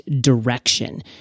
direction